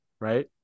Right